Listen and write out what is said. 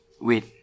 Wait